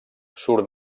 surt